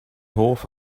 hoff